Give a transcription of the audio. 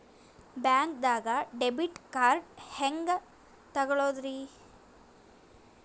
ಬ್ಯಾಂಕ್ದಾಗ debit card ಹೆಂಗ್ ತಗೊಳದ್ರಿ?